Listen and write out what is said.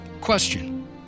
Question